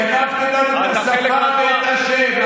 גנבתם לנו את השפה ואת השם.